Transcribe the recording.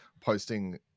posting